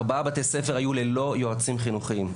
ארבעה בתי ספר היו ללא יועצים חינוכיים,